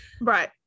right